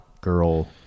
girl